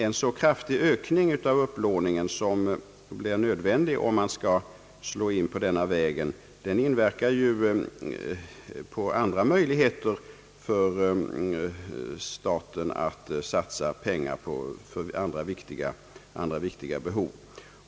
En så kraftig ökning av upplåningen, som blir nödvändig om man skall slå in på denna väg, begränsar statens möjligheter att satsa pengar på andra viktiga uppgifter.